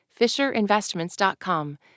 Fisherinvestments.com